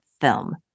film